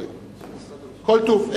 כל טוב.